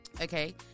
Okay